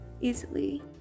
easily